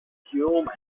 hulme